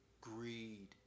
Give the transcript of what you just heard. greed